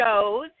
shows